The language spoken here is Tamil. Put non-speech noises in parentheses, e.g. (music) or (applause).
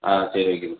ஆ சரி (unintelligible)